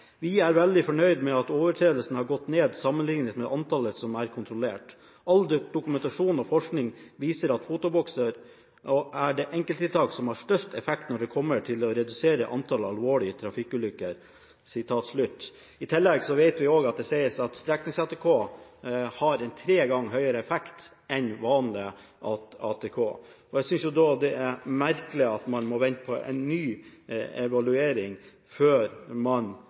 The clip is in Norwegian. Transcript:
er veldig fornøyde med at overtredelsene har gått ned sammenlignet med antallet som er kontrollert. All dokumentasjon og forskning viser at fotobokser er det enkelttiltaket som har størst effekt når det kommer til å redusere antallet alvorlige trafikkulykker.» I tillegg vet vi også at det sies at streknings-ATK har tre ganger høyere effekt enn vanlig ATK. Jeg synes da det er merkelig at man må vente på en ny evaluering før man